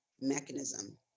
mechanism